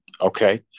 Okay